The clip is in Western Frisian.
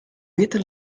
witte